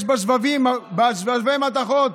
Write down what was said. יש שבבי מתכות,